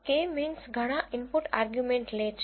કે મીન્સ ઘણા input argument લે છે